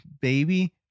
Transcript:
Baby